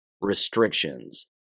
restrictions